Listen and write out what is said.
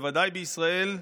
בוודאי בישראל,